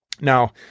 Now